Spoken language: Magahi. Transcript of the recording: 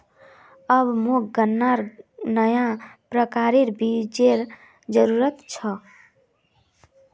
अब मोक गन्नार नया प्रकारेर बीजेर जरूरत छ